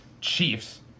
Chiefs